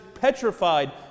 petrified